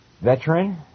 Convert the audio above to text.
veteran